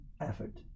effort